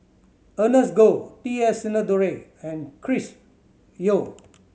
Ernest Goh T S Sinnathuray and Chris Yeo